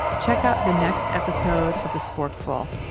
check out the next episode of the sporkful.